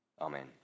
Amen